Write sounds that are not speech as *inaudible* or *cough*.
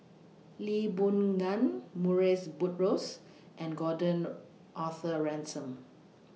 Lee Boon Ngan Murrays Buttrose and Gordon *hesitation* Arthur Ransome